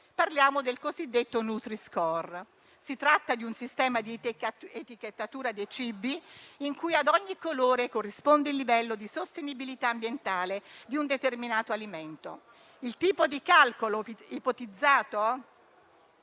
Parliamo del cosiddetto nutri-score. Si tratta di un sistema di etichettatura dei cibi in cui a ogni colore corrisponde il livello di sostenibilità ambientale di un determinato alimento. Il tipo di calcolo ipotizzato